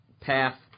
path